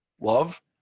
love